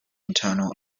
internal